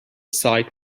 site